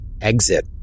exit